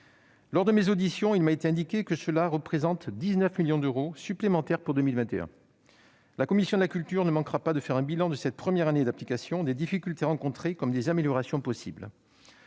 Lors de mes auditions, il m'a été indiqué que cette mesure représenterait 19 millions d'euros supplémentaires pour 2021. La commission de la culture ne manquera pas de faire un bilan de cette première année d'application, des difficultés rencontrées comme des améliorations possibles.